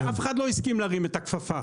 ואף אחד לא הסכים להרים את הכפפה,